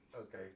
Okay